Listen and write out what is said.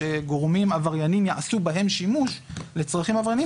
שגורמים עבריינים יעשו בהם שימוש לצרכים עבריינים